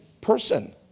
person